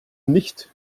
nicht